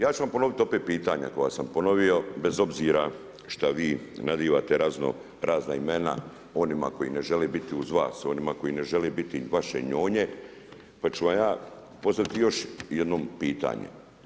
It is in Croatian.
Ja ću vam ponovit opet pitanja koja sam ponovio, bez obzira šta vi nazivate razno razna imena onima koji ne žele biti uz vas, onima koji ne žele biti vaše njonje pa ću vam ja postaviti još jednom pitanje.